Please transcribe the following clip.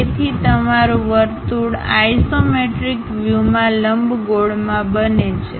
તેથી તમારું વર્તુળ આઇસોમેટ્રિક વ્યૂમાં લંબગોળમાં બને છે